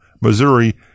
Missouri